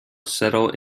settle